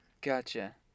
Gotcha